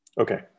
Okay